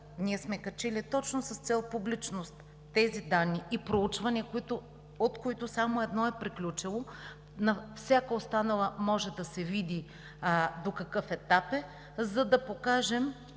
ние сме качили точно с цел публичност тези данни и проучвания, от които само едно е приключило. На всяко останало може да се види до какъв етап е, за да покажем